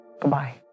goodbye